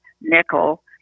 nickel